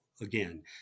again